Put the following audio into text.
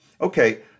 Okay